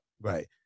right